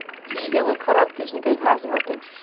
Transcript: इ एगो खराब किस्म के घास हटे